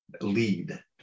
lead